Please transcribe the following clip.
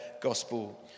gospel